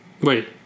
Wait